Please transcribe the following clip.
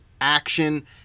action